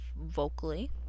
vocally